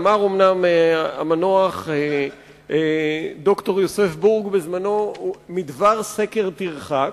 אומנם אמר המנוח ד"ר יוסף בורג בזמנו: מדבר סקר תרחק.